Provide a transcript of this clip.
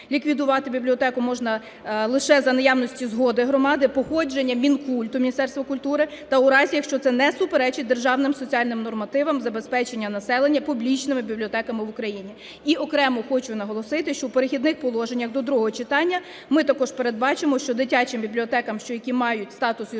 Ліквідувати бібліотеку можна лише за наявності згоди громади, погодження Мінкульту (Міністерства культури) та у разі, якщо це не суперечить державним соціальним нормативам забезпечення населення публічними бібліотеками в Україні. І окремо хочу наголосити, що в "Перехідних положеннях" до другого читання ми також передбачимо, що дитячим бібліотекам, які мають статус юридичної